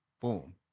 Boom